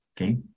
okay